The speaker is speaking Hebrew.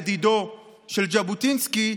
לדידו של ז'בוטינסקי,